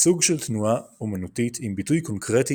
סוג של תנועה אמנותית עם ביטוי קונקרטי